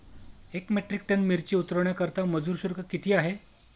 एक metric ton मिरची उतरवण्याकरता मजुर शुल्क किती आहे?